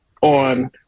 on